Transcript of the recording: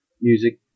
music